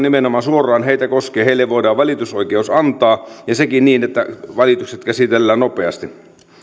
nimenomaan suoraan koskee voidaan valitusoikeus antaa ja sekin niin että valitukset käsitellään nopeasti